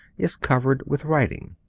is covered with writing.